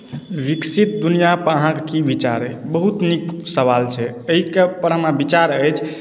विकसित दुनिआँपर अहाँके की विचार अइ बहुत नीक सवाल छै एहिके पर हमरा विचार अइ